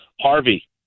Harvey